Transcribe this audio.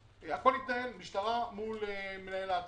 כולכם קראתם על ועדת החמישה,